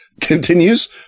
continues